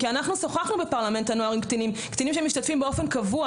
כי אנחנו שוחחנו בפרלמנט הנוער עם קטינים שמשתתפים באופן קבוע